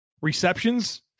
receptions